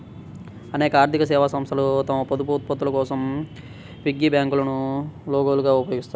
అనేక ఆర్థిక సేవా సంస్థలు తమ పొదుపు ఉత్పత్తుల కోసం పిగ్గీ బ్యాంకులను లోగోలుగా ఉపయోగిస్తాయి